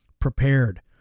prepared